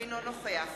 אינו נוכח